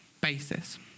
basis